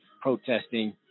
protesting